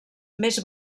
més